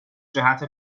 جهت